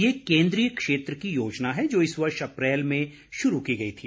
यह केंद्रीय क्षेत्र की योजना है जो इस वर्ष अप्रैल में शुरू की गई थी